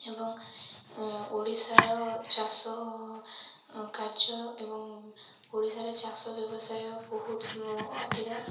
ଏବଂ ଓଡ଼ିଶାର ଚାଷ କାର୍ଯ୍ୟ ଏବଂ ଓଡ଼ିଶାର ଚାଷ ବ୍ୟବସାୟ ବହୁତ ଅଧିକ